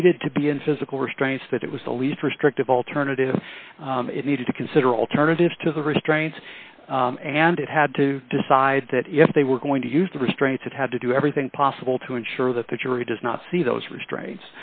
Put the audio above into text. needed to be in physical restraints that it was the least restrictive alternative it needed to consider alternatives to the restraints and it had to decide that if they were going to use the restraints it had to do everything possible to ensure that the jury does not see those restraints